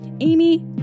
amy